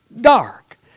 dark